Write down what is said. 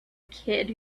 kid